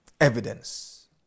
evidence